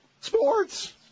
Sports